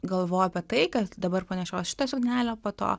galvojo apie tai kad dabar panešios šitą suknelę po to